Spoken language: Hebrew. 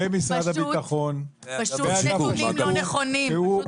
פשוט נתונים לא נכונים.